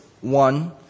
one